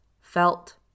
felt